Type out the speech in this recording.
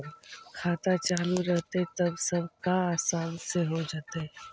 खाता चालु रहतैय तब सब काम आसान से हो जैतैय?